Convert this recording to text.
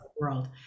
world